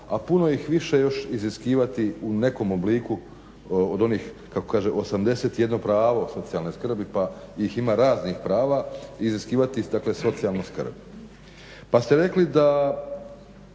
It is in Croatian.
a puno ih više još iziskivati u nekom obliku od onih kako kaže 81 pravo socijalne skrbi, pa ih ima raznih prava iziskivati dakle socijalnu skrb. Pa ste rekli da